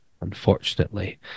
unfortunately